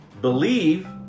Believe